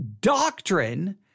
doctrine